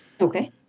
Okay